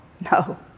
No